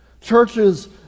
Churches